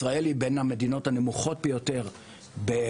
ישראל היא בין המדינות הנמוכות ביותר גם